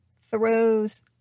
throws